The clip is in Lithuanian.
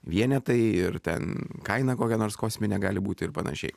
vienetai ir ten kaina kokia nors kosminė gali būti ir panašiai